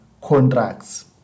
contracts